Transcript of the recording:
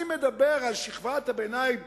אני מדבר על שכבת הביניים